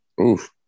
oof